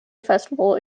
festival